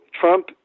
Trump